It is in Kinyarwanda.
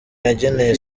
yageneye